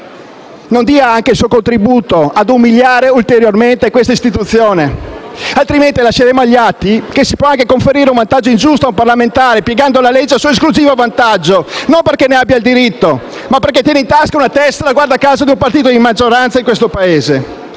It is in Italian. Non dia anche lei il suo contributo a umiliare ulteriormente questa istituzione. Altrimenti, lasceremo agli atti che si può conferire un vantaggio ingiusto a un parlamentare, piegando la legge a suo esclusivo vantaggio, e non perché ne abbia diritto, ma perché ha in tasca una tessera - guarda caso - del partito di maggioranza nel nostro Paese.